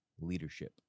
leadership